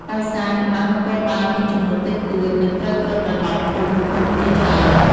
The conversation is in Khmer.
ដោយសារ កម្លាំងនគរបាលមានចំនួនតិចតួច និងត្រូវគ្របដណ្ដប់ភូមិឃុំជាច្រើន។